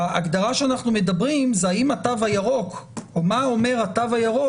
ההגדרה שאנחנו מדברים זה האם התו הירוק או מה אומר התו הירוק,